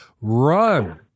run